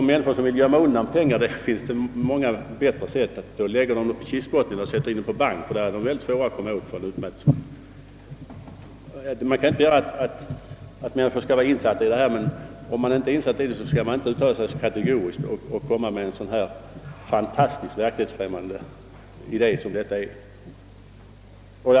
För människor som vill gömma undan pengar finns det många bättre sätt; om de lägger pengarna på kistbotten eller sätter in dem på bank, är de väldigt svåråtkomliga för en utmätningsman. Man kan inte begära att alla skall vara insatta i detta, men den som inte är det skall inte heller uttala sig så kategoriskt och komma med en så verklighetsfrämmande idé som utskottet här gjort.